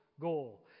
goal